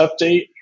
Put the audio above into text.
update